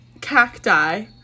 Cacti